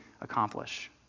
accomplish